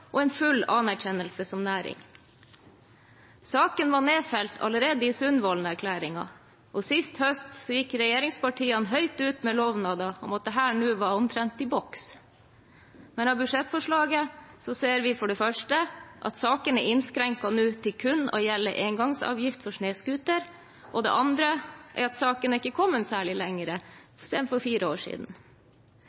og en full anerkjennelse som næring. Saken var nedfelt allerede i Sundvolden-erklæringen, og sist høst gikk regjeringspartiene høyt ut med lovnader om at dette nå var omtrent i boks. Men av budsjettforslaget ser vi for det første at saken er innskrenket nå til kun å gjelde engangsavgift for snøscooter, og for det andre at saken ikke er kommet særlig